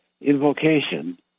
invocation